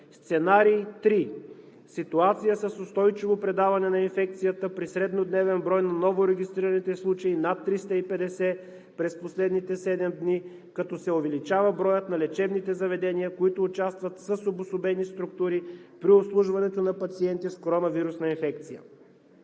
Сценарий 3: Ситуация с устойчиво предаване на инфекцията при среднодневен брой на новорегистрираните случаи над 350 през последните седем дни, като се увеличава броят на лечебните заведения, които участват с обособени структури при обслужването на пациенти с коронавирусна инфекция.